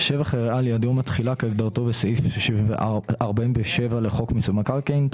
"השבח הריאלי עד יום התחילה" כהגדרתו בסעיף 47 לחוק מיסוי מקרקעין.